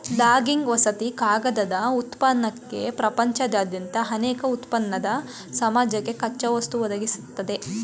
logging ವಸತಿ ಕಾಗದ ಉತ್ಪನ್ನಕ್ಕೆ ಪ್ರಪಂಚದಾದ್ಯಂತ ಅನೇಕ ಉತ್ಪನ್ನದ್ ಸಮಾಜಕ್ಕೆ ಕಚ್ಚಾವಸ್ತು ಒದಗಿಸ್ತದೆ